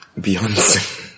Beyonce